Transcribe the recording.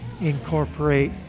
incorporate